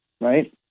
right